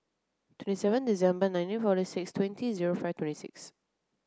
twenty seven December nineteen forty six twenty zero five twenty six